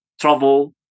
travel